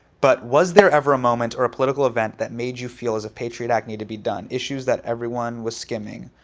but was there ever a moment or a political event that made you feel as if patriot act needed to be done? issues that everyone was skimming,